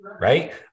right